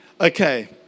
Okay